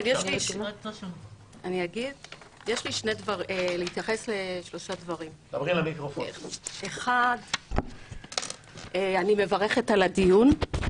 אני רוצה להתייחס לשלושה דברים: 1. אני מברכת על הדיון.